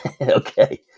Okay